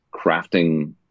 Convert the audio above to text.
crafting